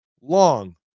long